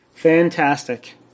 Fantastic